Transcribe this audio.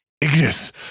Ignis